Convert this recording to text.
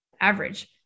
average